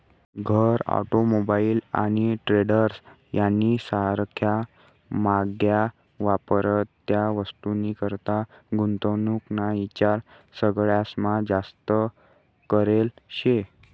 घर, ऑटोमोबाईल आणि ट्रेलर्स यानी सारख्या म्हाग्या वापरत्या वस्तूनीकरता गुंतवणूक ना ईचार सगळास्मा जास्त करेल शे